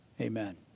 Amen